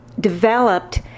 developed